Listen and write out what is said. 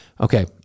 Okay